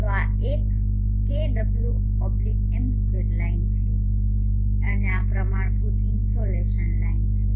તો આ 1 kWm2 line છે અને આ પ્રમાણભૂત ઇનસોલેશન લાઇન છે